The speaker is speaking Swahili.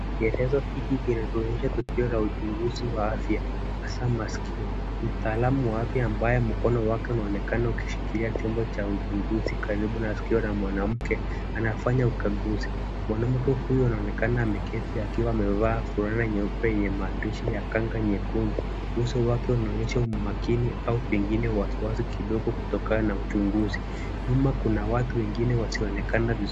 Kielezo hicho kinatuonyesha uchunguzi wa afya hasa maskio ,mtaalamu wa afya anafanya ukaguzi mwanamke huyo anaonekana ameketi akiwa amevaa fulana nyeupe yenye matusi ya kanga nyekundu uso wake unaonyesha uso umakini au pengine wasiwasi kidogo kutokana na uchunguzi mpaka kuna watu wengine wasioonekana vizuri.